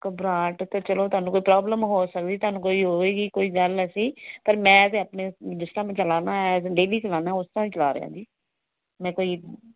ਘਬਰਾਹਟ ਤਾਂ ਚਲੋ ਤੁਹਾਨੂੰ ਕੋਈ ਪ੍ਰੋਬਲਮ ਹੋ ਸਕਦੀ ਤੁਹਾਨੂੰ ਕੋਈ ਹੋਵੇਗੀ ਕੋਈ ਗੱਲ ਐਸੀ ਪਰ ਮੈਂ ਤਾਂ ਆਪਣੇ ਜਿਸ ਤਰ੍ਹਾਂ ਮੈਂ ਚਲਾਉਂਦਾ ਹੈ ਡੇਲੀ ਚਲਾਉਂਦਾ ਉਸ ਤਰ੍ਹਾਂ ਚਲਾ ਰਿਹਾ ਜੀ ਮੈਂ ਕੋਈ